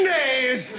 days